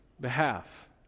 behalf